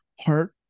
heart